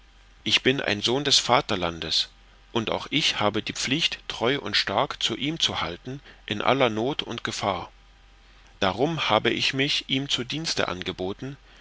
ich bin ein sohn des vaterlandes und auch ich habe die pflicht treu und stark zu ihm zu halten in aller noth und gefahr darum habe ich mich ihm zum dienste angeboten